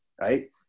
right